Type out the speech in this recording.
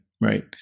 right